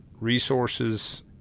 resources